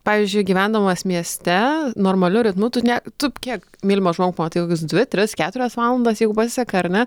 pavyzdžiui gyvendamas mieste normaliu ritmu tu ne tu kiek mylimą žmogų pamatai kokias dvi tris keturias valandas jeigu pasiseka ar ne